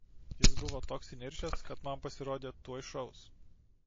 jis buvo toks įniršęs kad man pasirodė tuoj šaus